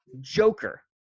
Joker